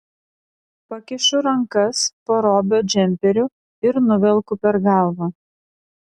pakišu rankas po robio džemperiu ir nuvelku per galvą